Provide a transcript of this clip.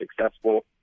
successful